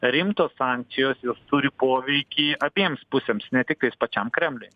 rimtos sankcijos jos turi poveikį abiems pusėms ne tiktais pačiam kremliui